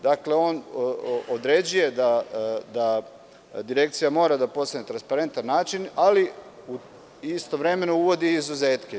Dakle, on određuje da Direkcija mora da posluje na transparentan način, ali istovremeno uvodi izuzetke.